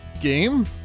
game